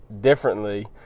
differently